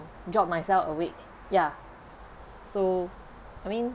dropped myself awake ya so I mean